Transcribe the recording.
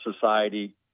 Society